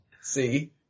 See